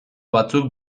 batzuk